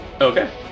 Okay